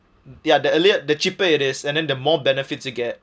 ya the earlier the cheaper it is and then the more benefits you get